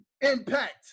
Impact